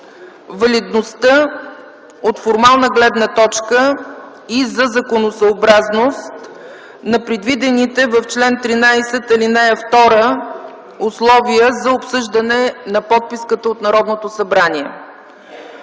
валидността от формална гледна точка и за законосъобразност на предвидените в чл. 13, ал. 2 условия за обсъждане на подписката от Народното събрание.